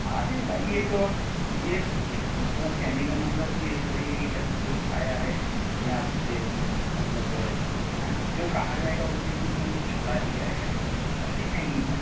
अरे भाई ये तो अब ये मतलब कहने का मतलब कि ये थोड़ी है कि कसम कोई खाया है कि आपसे मतलब हाँ जो कहा जाएगा उसमें कुछ न कुछ छोड़ा ही जाएगा ऐसी कोई बाते नहीं है